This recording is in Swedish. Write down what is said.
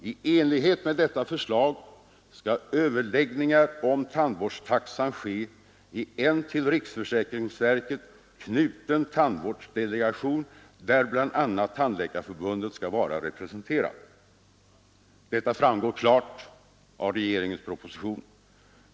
I enlighet med detta förslag skall överläggningar om tandvårdstaxan ske i en till riksförsäkringsverket knuten tandvårdsdelegation där bl.a. Tandläkarförbundet skall vara representerat. Detta framgår klart av regeringens proposition.